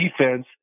defense